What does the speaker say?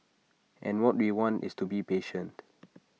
and what we want is to be patient